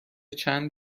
چند